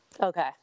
okay